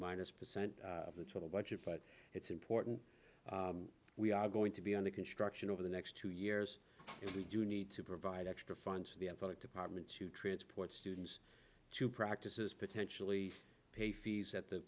minus percent of the total budget but it's important we are going to be under construction over the next two years and we do need to provide extra funds to the effort of departments to transport students to practices potentially pay fees at the